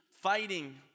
fighting